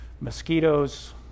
mosquitoes